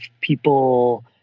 people